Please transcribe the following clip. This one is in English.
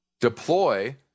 deploy